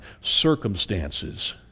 circumstances